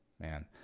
man